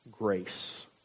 grace